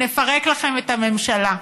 נפרק לכם את הממשלה.